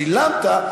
שילמת,